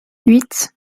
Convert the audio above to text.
huit